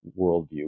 worldview